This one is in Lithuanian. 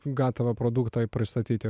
gatavą produktą pristatyti